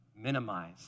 minimize